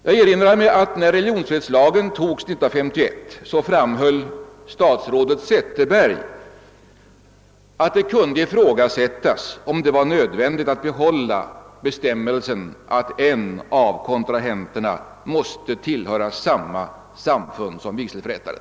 Jag erinrar mig att när religionsfrihetslagen antogs 1951 framhöll statsrådet Zetterberg att det kunde ifrågasättas om det var nödvändigt att behålla bestämmelsen att en av kontrahenterna måste tillhöra samma samfund som vigselförrättaren.